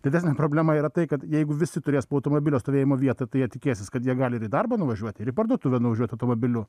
didesnė problema yra tai kad jeigu visi turės po automobilio stovėjimo vietą tai jie tikėsis kad jie gali ir į darbą nuvažiuoti ir į parduotuvę nuvažiuoti automobiliu